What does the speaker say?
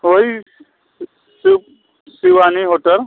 वही शिव शिवानी होटल